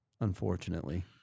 Unfortunately